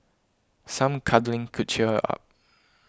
some cuddling could cheer her up